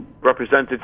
represented